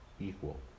equal